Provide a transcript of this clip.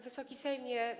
Wysoki Sejmie!